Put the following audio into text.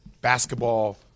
basketball